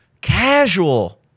casual